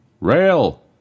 Rail